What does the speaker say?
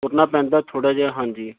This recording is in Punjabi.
ਤੁਰਨਾ ਪੈਂਦਾ ਥੋੜ੍ਹਾ ਜਿਹਾ ਹਾਂਜੀ